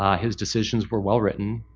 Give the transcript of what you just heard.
um his decisions were well written,